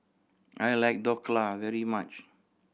I like Dhokla very much